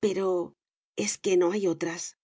pero es que no hay otras